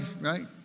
Right